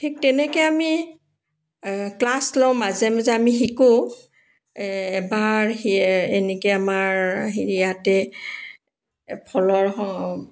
ঠিক তেনেকৈ আমি ক্লাছ লওঁ মাজে মাজে আমি শিকোঁ এবাৰ এনেকৈ আমাৰ হেৰিয়াতে ফলৰ